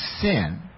sin